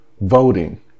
voting